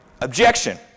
Objection